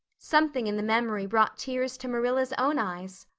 something in the memory brought tears to marilla's own eyes.